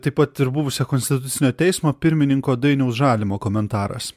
taip pat ir buvusio konstitucinio teismo pirmininko dainiaus žalimo komentaras